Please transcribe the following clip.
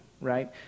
right